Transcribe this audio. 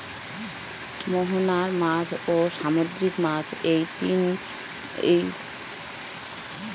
মোহনার মাছ, ও সামুদ্রিক মাছ এই মোট তিনজাতের মাছে ভারতীয় মাছের প্রজাতিকে ভাগ করা যায়